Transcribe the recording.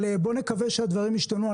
בוא נקווה שהדברים ישתנו,